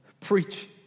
preach